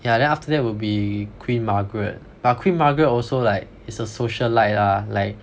yeah then after that would be Queen Margaret but Queen Margaret also like is a socialite lah like